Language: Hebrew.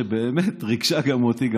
שבאמת ריגשה גם אותי.